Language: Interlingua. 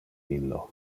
illo